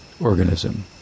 organism